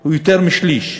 הוא יותר משליש,